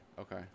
okay